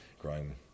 growing